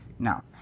No